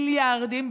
מיליארדים,